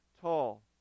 tall